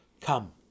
Come